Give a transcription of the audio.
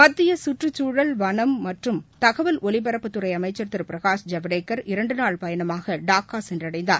மத்திய கற்றுச்சூழல் வனம் மற்றும் தகவல் ஒலிபரப்புத்துறை அமைச்சர் திரு பிரகாஷ் ஜவடேகர் இரண்டுநாள் பயணமாக டாக்கா சென்றடைந்தார்